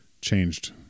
changed